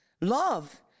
Love